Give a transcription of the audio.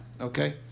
Okay